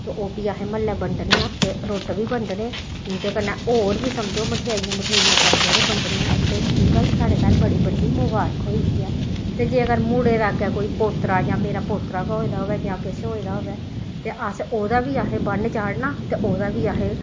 ते ओह् बी असें म्हल्लै बंडनियां ते रुट्ट बी बंडने उं'दे कन्नै होर बी समझो मठेआइयां मठूइयां पाइयै ते बंडनियां ते की भला साढ़े घर बड़ी बड्डी मबारख होई दी ऐ ते जेगर मुड़े दे अग्गें कोई पोतरा जां मेरा पोतरा गै होऐ दा होऐ जां किश होए दा होऐ ते असें ओह्दा बी असें ब'न्न चाढ़ना ते ओह्दा बी असें